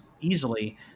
easily